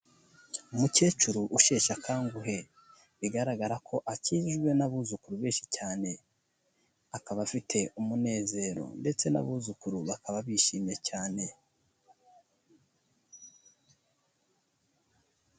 Umukecuru usheshe akanguhe. Bigaragara ko akijijwe n'abuzukuru benshi cyane. Akaba afite umunezero ndetse n'abuzukuru bakaba bishimye cyane.